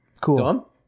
cool